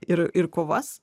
ir ir kovas